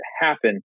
happen